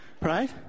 Right